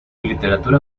literatura